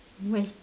what's